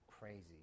crazy